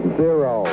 zero